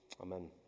Amen